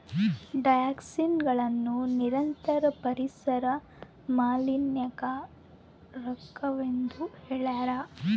ಡಯಾಕ್ಸಿನ್ಗಳನ್ನು ನಿರಂತರ ಪರಿಸರ ಮಾಲಿನ್ಯಕಾರಕವೆಂದು ಹೇಳ್ಯಾರ